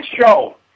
show